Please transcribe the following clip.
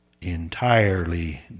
entirely